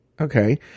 Okay